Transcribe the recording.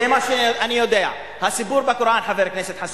זה מה שאני יודע, הסיפור בקוראן, חבר הכנסת חסון.